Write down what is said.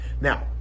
now